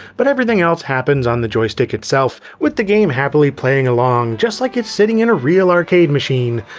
but everything else happens on the joystick itself, with the game happily playing along just like it's sitting in a real arcade machine.